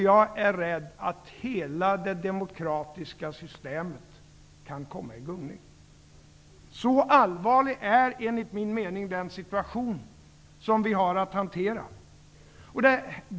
Jag är rädd att hela det demokratiska systemet kan komma i gungning. Så allvarlig är, enligt min mening, den situation som vi har att hantera.